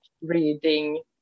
reading